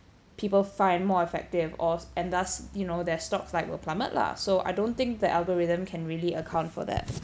people find more effective of and thus you know their stocks like will plummet lah so I don't think the algorithm can really account for that